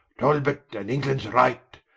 talbot and englands right,